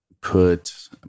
put